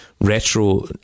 retro